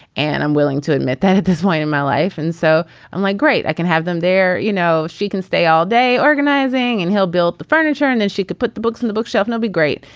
and i'm willing to admit that at this point in my life. and so i'm like, great, i can have them there. you know, she can stay all day organizing and he'll build the furniture and then she could put the books in the bookshelf. it'll be great.